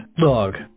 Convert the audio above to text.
dog